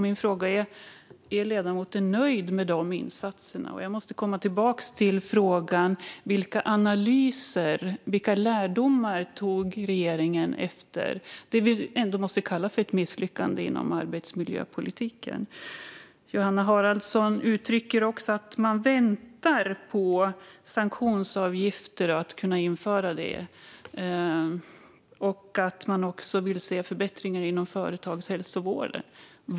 Min fråga är: Är ledamoten nöjd med dessa insatser? Jag måste också komma tillbaka till frågan: Vilka analyser har regeringen gjort och vilka lärdomar har regeringen dragit efter det som vi ändå måste kalla för ett misslyckande inom arbetsmiljöpolitiken? Johanna Haraldsson uttryckte också att man väntar på att kunna införa sanktionsavgifter och att man också vill se förbättringar inom företagshälsovården.